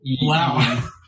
Wow